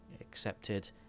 accepted